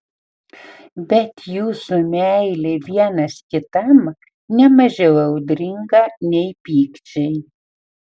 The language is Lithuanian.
bet jūsų meilė vienas kitam ne mažiau audringa nei pykčiai